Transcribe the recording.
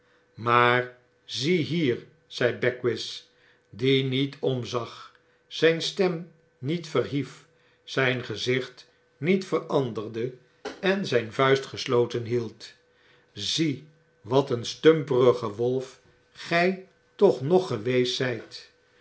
maar zie hier zei beckwith die niet omzag zjjo stem niet verhief zfln gezicht niet veranderde en zfln vuist gesloten hield zie wat een stumperige wolf gij toch nog geweest zyt